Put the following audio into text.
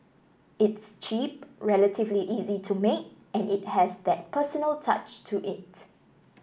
it's cheap relatively easy to make and it has that personal touch to it